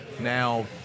now